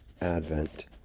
advent